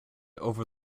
over